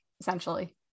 essentially